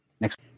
Next